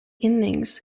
innings